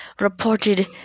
reported